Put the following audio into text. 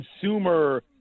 consumer